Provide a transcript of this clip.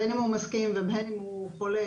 בין אם הוא מסכים ובין אם הוא חולק